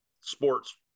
sports